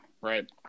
right